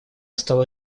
стала